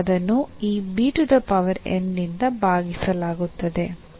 ಮತ್ತು ಅದನ್ನು ಈ ನಿಂದ ಭಾಗಿಸಲಾಗುತ್ತದೆ